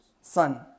Son